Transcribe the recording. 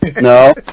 No